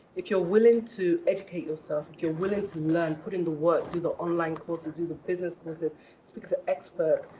if you're willing to educate yourself, if you're willing to learn, put in the work, do the online courses, do the business courses, speak to experts,